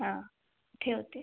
हां ठेवते